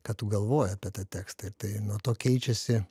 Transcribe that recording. ką tu galvoji apie tą tekstą ir tai nuo to keičiasi